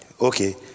Okay